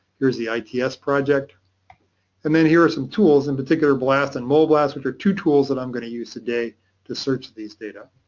there's the its project and then here are some tools, in particular blast and mole-blast, which are two tools that i'm going to use today to search these data.